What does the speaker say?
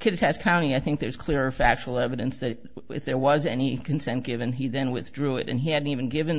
kid has county i think there's clear factual evidence that there was any consent given he then withdrew it and he hadn't even given